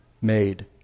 made